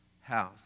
house